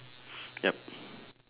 yup